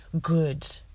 good